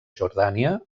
jordània